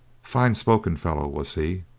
fine-spoken fellow was he.